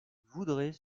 voudrait